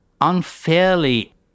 unfairly